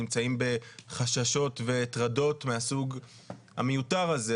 נמצאים בחששות וטרדות מהסוג המיותר הזה,